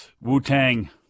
Wu-Tang